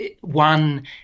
One